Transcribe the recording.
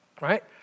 right